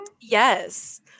yes